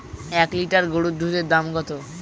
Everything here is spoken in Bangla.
এক লিটার গরুর দুধের দাম কত?